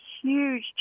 huge